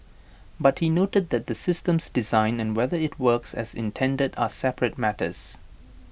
but he noted that the system's design and whether IT works as intended are separate matters